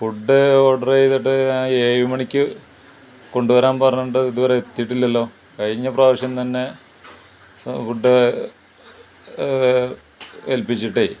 food order ചെയ്തിട്ട് ഞാ ഏഴു മണിക്ക് കൊണ്ടു വരാൻ പറഞ്ഞിട്ട് ഇതു വരെ എത്തിയിട്ടില്ലല്ലൊ കഴിഞ്ഞ പ്രാവശ്യം തന്നെ ഫുഡ് ഏൽപ്പിച്ചിട്ടെ